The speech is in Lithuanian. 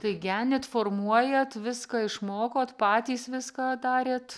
tai genit formuojat viską išmokot patys viską darėt